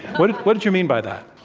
what did what did you mean by that?